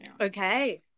Okay